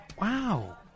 wow